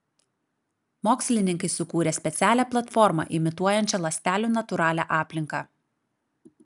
mokslininkai sukūrė specialią platformą imituojančią ląstelių natūralią aplinką